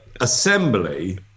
assembly